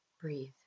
breathe